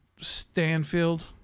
Stanfield